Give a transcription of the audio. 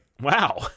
Wow